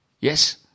Yes